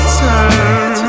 turn